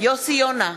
יוסי יונה,